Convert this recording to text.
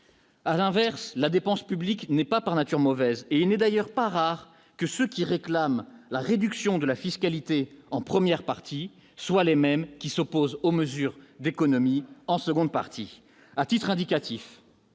à l'inverse, la dépense publique n'est pas par nature mauvaise et il n'est d'ailleurs pas rare que ceux qui réclament la réduction de la fiscalité en première partie, soit les mêmes qui s'opposent aux mesures d'économie en seconde partie, à titre indicatif.